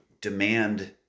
demand